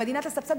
המדינה תסבסד,